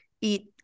eat